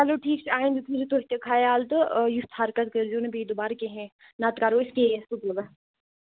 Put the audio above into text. چلوٹھیٖک چھُ آیندٕ تھٲے زیو تُہۍ تہِ خیال تہٕ یِژھ حرکَت کٔرۍ زیو نہٕ بیٚیہِ ُوبارٕ کِہینہ نَتہٕ کَرو أسۍ کیس سکوٗلس